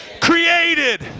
created